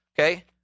okay